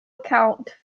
account